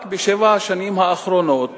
רק בשבע השנים האחרונות